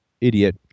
idiot